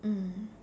mm